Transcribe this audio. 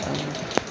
ଆଜ୍ଞା